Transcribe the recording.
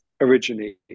originally